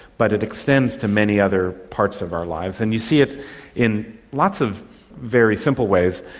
but it extends to many other parts of our lives, and you see it in lots of very simple ways.